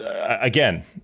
again